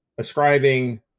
ascribing